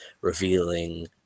revealing